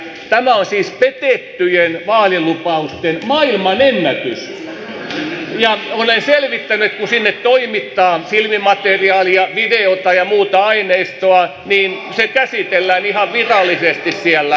tämä on siis petettyjen vaalilupausten maailmanennätys ja olen selvittänyt että kun sinne toimitetaan filmimateriaalia videota ja muuta aineistoa niin se käsitellään ihan virallisesti siellä